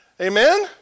Amen